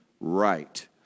right